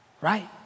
Right